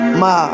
ma